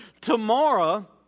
tomorrow